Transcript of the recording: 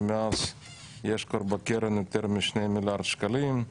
ומאז יש כבר בקרן יותר מ-2 מיליארד שקלים.